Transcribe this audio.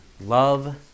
Love